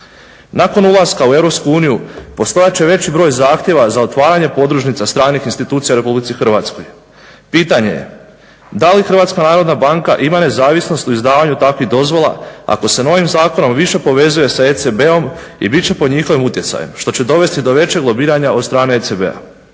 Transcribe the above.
Nakon ulaska u EU postojat će veći broj zahtjeva za otvaranje podružnica stranih institucija u RH. pitanje je da li HNB ima nezavisnost u izdavanju takvih dozvola ako se novim Zakonom više povezuje sa ECB-om i bit će pod njihovim utjecajem što će dovesti do većeg lobiranja od strane ECB-a.